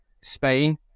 Spain